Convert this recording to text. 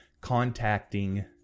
contacting